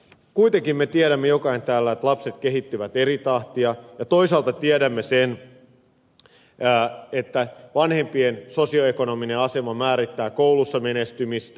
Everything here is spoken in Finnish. kuitenkin me tiedämme jokainen täällä että lapset kehittyvät eri tahtia ja toisaalta tiedämme sen että vanhempien sosioekonominen asema määrittää koulussa menestymistä